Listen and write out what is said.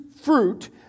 fruit